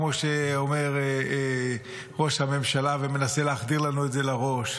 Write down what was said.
כמו שאומר ראש הממשלה ומנסה להחדיר לנו את זה לראש.